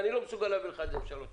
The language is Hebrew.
אני לא מסוגל להביא לך את זה בשלוש שנים.